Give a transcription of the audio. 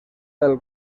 del